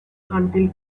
until